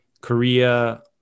Korea